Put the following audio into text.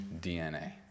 DNA